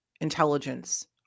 intelligence